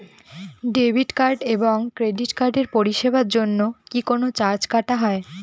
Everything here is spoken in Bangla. ডেবিট কার্ড এবং ক্রেডিট কার্ডের পরিষেবার জন্য কি কোন চার্জ কাটা হয়?